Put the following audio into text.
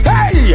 Hey